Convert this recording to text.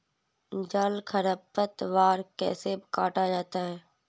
जल खरपतवार कैसे काटा जाता है?